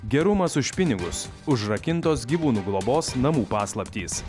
gerumas už pinigus užrakintos gyvūnų globos namų paslaptys